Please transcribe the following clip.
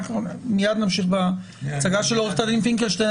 מיד נמשיך בהצגה של עורכת הדין פינקלשטיין.